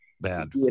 bad